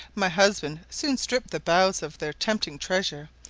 my husband soon stripped the boughs of their tempting treasure,